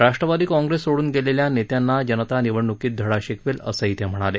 Rashtrawadi Congress सोडून गेलेल्या नेत्यांना जनता निवडणुकीत धडा शिकवेल असंही ते म्हणाले